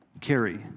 carry